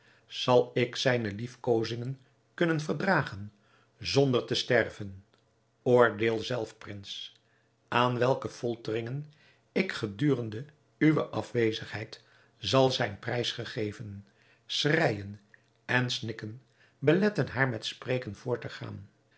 zal ik zijne liefkozingen kunnen verdragen zonder te sterven oordeel zelf prins aan welke folteringen ik gedurende uwe afwezigheid zal zijn prijs gegeven schreijen en snikken beletten haar met spreken voort te gaan